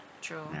true